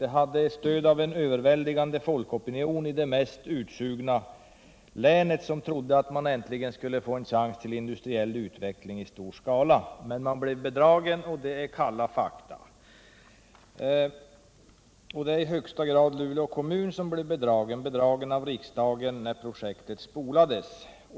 Det hade stöd av en överväldigande folkopinion i landets mest utsugna län, där man trodde att man äntligen skulle få en chans till industriell utveckling i stor skala. Men man blev bedragen, och det är kalla fakta. Framför allt Luleå kommun blev i högsta grad bedragen av riksdagen när projektet spolades.